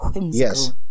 Yes